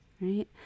right